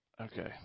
Okay